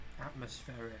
atmospheric